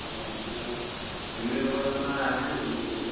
ইয়াত এতিয়া ফেমিলিৰ লগত আপোনাৰ আহিছোঁ তিনিচুকীয়ালৈ